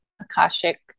Akashic